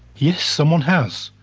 yes, someone has.